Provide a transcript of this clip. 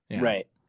right